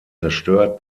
zerstört